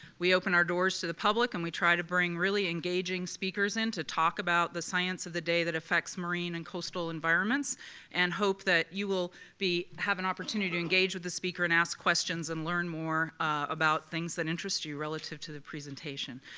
we open our doors to the public and we try to bring really engaging speakers in to talk about the science of the day that affects marine and costal environments and hope that you will have an opportunity to engage with the speaker and ask questions and learn more about things that interest you relative to the presentation.